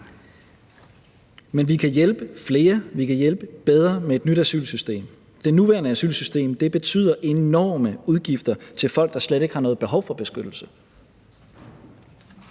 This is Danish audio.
Men vi kan hjælpe flere, og vi kan hjælpe bedre med et nyt asylsystem. Det nuværende asylsystem betyder enorme udgifter til folk, der slet ikke har noget behov for beskyttelse.